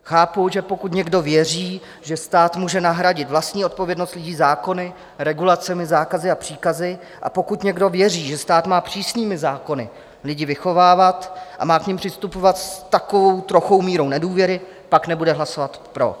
Chápu, že pokud někdo věří, že stát může nahradit vlastní odpovědnost lidí zákony, regulacemi, zákazy a příkazy, a pokud někdo věří, že stát má přísnými zákony lidi vychovávat a má k nim přistupovat s takovou trochou mírou nedůvěry, pak nebude hlasovat pro.